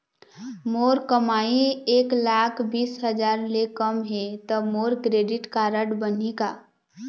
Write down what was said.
मोर कमाई एक लाख बीस हजार ले कम हे त मोर क्रेडिट कारड बनही का?